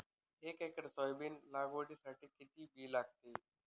एक acre soybean लागवडीसाठी किती बी लागेल?